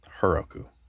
Heroku